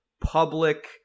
public